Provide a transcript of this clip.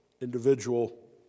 individual